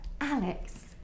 Alex